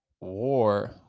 war